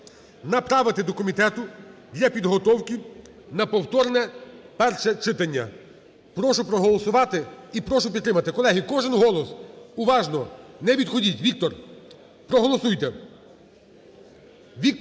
направити до комітету для підготовки на повторне перше читання. Прошу проголосувати і прошу підтримати. Колеги, кожен голос. Уважно! Не відходьте. Віктор, проголосуйте. Віктор,